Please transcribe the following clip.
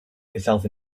yourself